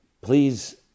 Please